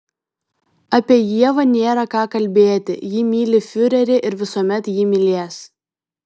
apie ievą nėra ką kalbėti ji myli fiurerį ir visuomet jį mylės